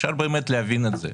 שאפשר באמת להבין את זה.